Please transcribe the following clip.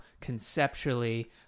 conceptually